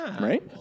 Right